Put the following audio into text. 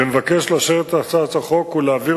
ואני מבקש לאשר את הצעת החוק ולהעביר